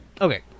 Okay